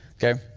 okay.